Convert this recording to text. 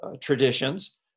traditions